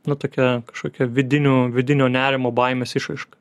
nu tokia kažkokia vidinių vidinio nerimo baimės išraiška